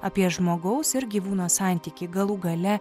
apie žmogaus ir gyvūno santykį galų gale